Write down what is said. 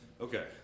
Okay